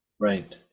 Right